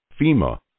FEMA